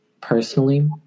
personally